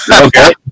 Okay